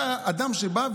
אתה אדם שבא,